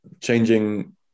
changing